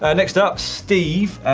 ah next up, steve.